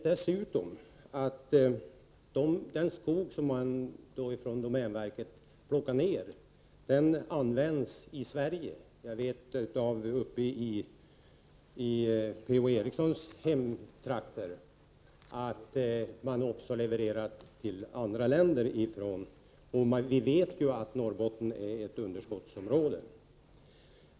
Den skog som domänverket tar ned används i Sverige. Jag vet att man uppe i P-O Erikssons hemtrakter levererar till andra länder, och vi vet ju att Norrbotten är ett underskottsområde.